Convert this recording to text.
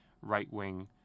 right-wing